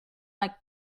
like